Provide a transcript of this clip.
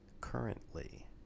currently